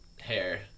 hair